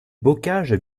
bocage